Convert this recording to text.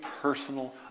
personal